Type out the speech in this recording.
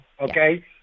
okay